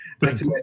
Thanks